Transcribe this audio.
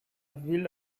ville